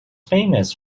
famous